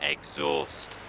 Exhaust